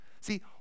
See